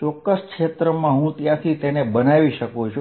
ચોક્કસ ક્ષેત્રમાં હું ત્યાંથી તેને બનાવી શકું છું